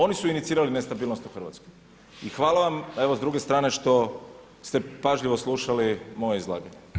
Oni su inicirali nestabilnost u Hrvatskoj i hvala vam evo s druge strane što ste pažljivo slušali moje izlaganje.